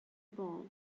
ball